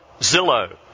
Zillow